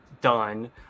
done